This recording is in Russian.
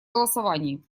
голосовании